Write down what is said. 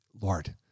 Lord